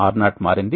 R0 మారింది